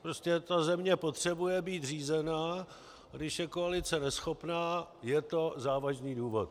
Prostě ta země potřebuje být řízená, a když je koalice neschopná, je to závažný důvod.